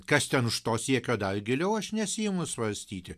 kas ten už to siekio dar giliau aš nesiimu svarstyti